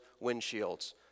windshields